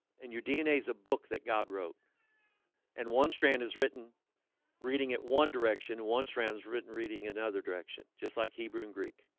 and your dna is a book that god wrote and one strand is written reading it one direction once rams written reading in another direction just like hebrew and greek